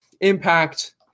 impact